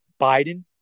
biden